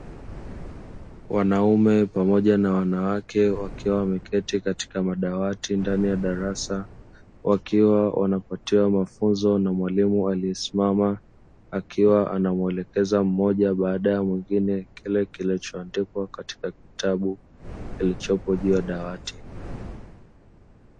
Wanaume pamoja na wanawake wakiwa wameketi katika madawati ndani ya darasa, wakiwa wanapatiwa mafunzo na mwalimu aliyesimama, akiwa anamwelekeza mmoja baada ya mwingine kile kilichoandikwa katika kitabu kilichopo juu ya dawati.